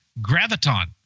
Graviton